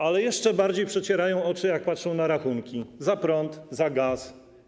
Ale jeszcze bardziej przecierają oczy, jak patrzą na rachunki: za prąd, za gaz.